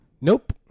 Nope